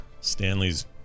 Stanley's